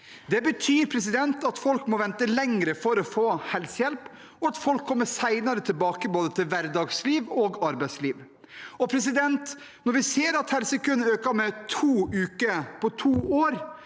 Det betyr at folk må vente lenger for å få helsehjelp, og at folk kommer senere tilbake både til hverdagsliv og arbeidsliv. Når vi ser at helsekøene har økt med to uker på to år,